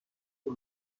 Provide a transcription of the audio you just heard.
پول